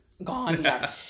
gone